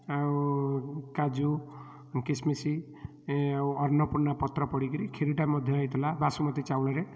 ଆଉ କାଜୁ କିସମିସ୍ ଆଉ ଅର୍ଣ୍ଣପୂର୍ଣ୍ଣା ପତ୍ର ପଡ଼ିକିରି ଖିରିଟା ମଧ୍ୟ ହେଇଥିଲା ବାସୁମତି ଚାଉଳରେ